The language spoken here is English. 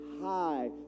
High